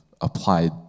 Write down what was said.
applied